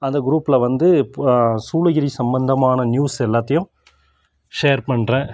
அந்த குரூப்பில் வந்து போ சூளகிரி சம்மந்தமான நியூஸ் எல்லாத்தியும் ஷேர் பண்றேன்